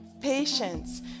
patience